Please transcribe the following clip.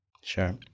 Sure